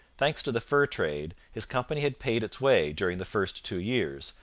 thanks to the fur trade, his company had paid its way during the first two years,